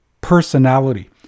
personality